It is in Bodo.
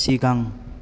सिगां